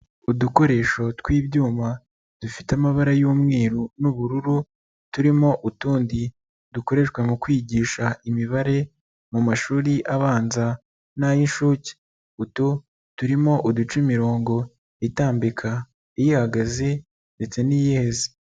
Udukoresho tw'ibyuma, dufite amabara y'umweru n'ubururu turimo utundi, dukoreshwa mu kwigisha imibare mu mashuri abanza n'ay'inshuke. Utu turimo uduca imirongo itambika, ihagaze ndetse n'iyihese.